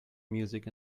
music